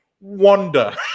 wonder